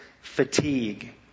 fatigue